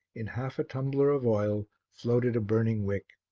in half a tumbler of oil, floated a burning wick.